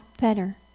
better